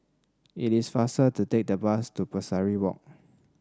it is faster to take the bus to Pesari Walk